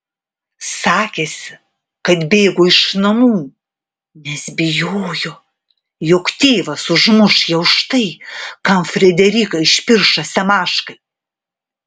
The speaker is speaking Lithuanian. sakėsi kad bėgo iš namų nes bijojo jog tėvas užmuš ją už tai kam frederiką išpiršo semaškai